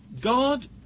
God